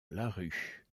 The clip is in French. larue